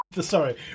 Sorry